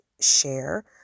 share